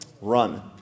Run